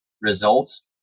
results